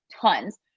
tons